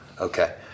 Okay